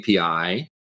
API